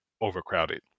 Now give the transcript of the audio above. overcrowded